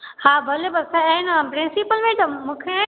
हा भले बसि आहिनि प्रिंसिपल मैडम मूंखे